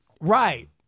right